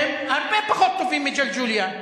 שהם הרבה פחות טובים מ"ג'לג'וליה".